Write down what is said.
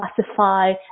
classify